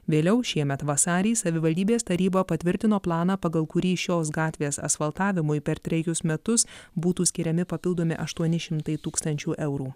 vėliau šiemet vasarį savivaldybės taryba patvirtino planą pagal kurį šios gatvės asfaltavimui per trejus metus būtų skiriami papildomi aštuoni šimtai tūkstančių eurų